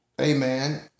amen